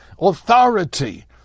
authority